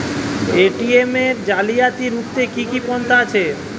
ATM জালিয়াতি রুখতে কি কি পন্থা আছে?